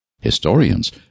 Historians